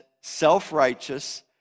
self-righteous